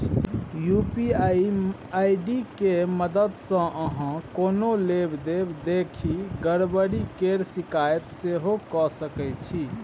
UPI ID के मददसँ अहाँ कोनो लेब देब देखि गरबरी केर शिकायत सेहो कए सकै छी